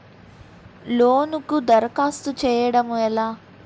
లోనుకి దరఖాస్తు చేయడము ఎలా?